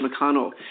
McConnell